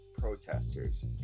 protesters